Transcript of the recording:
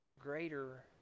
greater